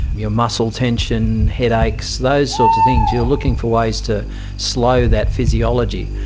your muscle tension, headaches, those sorts of things, you're looking for ways to slow that physiology.